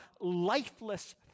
lifeless